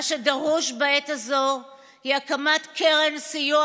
מה שדרוש בעת הזו היא הקמת קרן סיוע